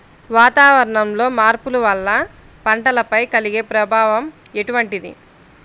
వాతావరణంలో మార్పుల వల్ల పంటలపై కలిగే ప్రభావం ఎటువంటిది?